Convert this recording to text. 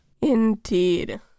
indeed